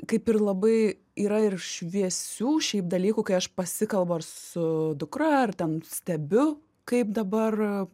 kaip ir labai yra ir šviesių šiaip dalykų kai aš pasikalbu su ar dukra ar ten stebiu kaip dabar